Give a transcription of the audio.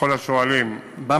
לכל השואלים, אני מקווה.